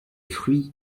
fruits